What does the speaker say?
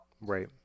Right